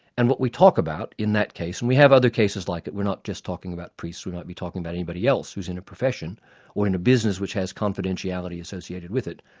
and what we talk about in that case, and we have other cases like it, we're not just talking about priests we're not really talking about anybody else who's in a profession or in a business which has confidentialities associated with it,